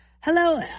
Hello